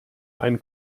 ein